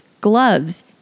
gloves